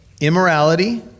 immorality